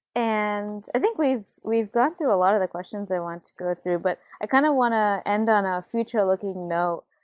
and i think we've we've gone through a lot of the questions i wanted to go through, but i kind of want to end on a future-looking note.